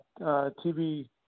TV